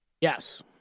Yes